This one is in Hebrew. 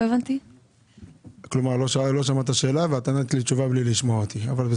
לא שמעת את השאלה וענית בכל זאת.